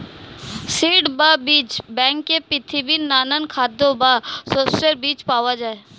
seed বা বীজ ব্যাংকে পৃথিবীর নানা খাদ্যের বা শস্যের বীজ পাওয়া যায়